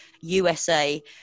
usa